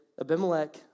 Abimelech